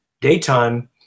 daytime